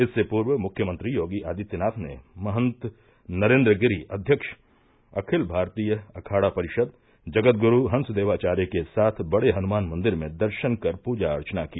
इससे पूर्व मुख्यमंत्री योगी आदित्यनाथ ने महन्त नरेन्द्र गिरि अध्यक्ष अखिल भारतीय अखाड़ा परिषद जगदग्रू हंसदेवाचार्य के साथ बड़े हन्मान मन्दिर में दर्शन कर पूजा अर्चना की